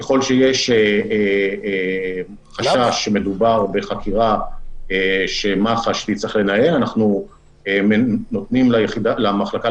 ככל שיש חשש שמדובר בחקירה שמח"ש תצטרך לנהל אנחנו נותנים למחלקה